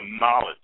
knowledge